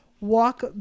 walk